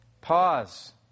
Pause